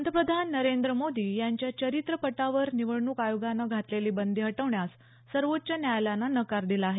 पंतप्रधान नरेंद्र मोदी यांच्या चरित्रपटावर निवडणूक आयोगानं घातलेली बंदी हटवण्यास सर्वोच्च न्यायालयानं नकार दिला आहे